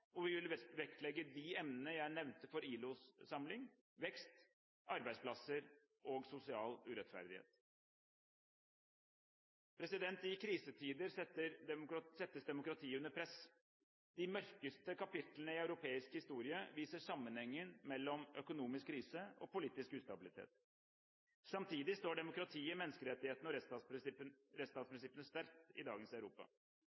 og vi vil vektlegge de emnene jeg nevnte, for ILOs samling: vekst, arbeidsplasser og sosial rettferdighet. I krisetider settes demokratiet under press. De mørkeste kapitlene i europeisk historie viser sammenhengen mellom økonomisk krise og politisk ustabilitet. Samtidig står demokratiet, menneskerettighetene og rettsstatsprinsippene sterkt i dagens Europa.